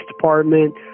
Department